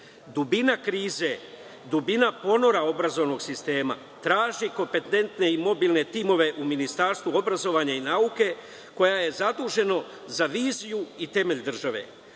celini. Dubina krize, dubina ponora obrazovnog sistema traži kompetentne i mobilne timove u Ministarstvu obrazovanja i nauke, koje je zaduženo za viziju i temelj države. Ako